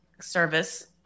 service